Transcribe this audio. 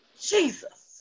Jesus